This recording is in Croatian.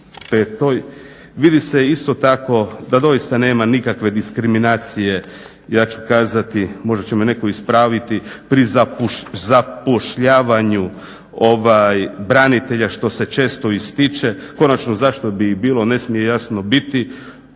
vidi se isto tako da doista nema nikakve diskriminacije, ja ću kazati možda će me netko ispraviti, pri zapošljavanju branitelja što se često ističe. Konačno, zašto bi i bilo, ne smije jasno biti,